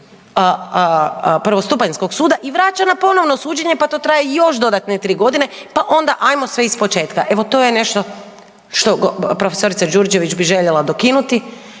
prvostupanjskog suda i vraća na ponovno suđenje pa to traje još dodatne 3 godine, pa onda ajmo sve iz početka. Evo to je nešto što prof. Đurđević bi željela dokinuti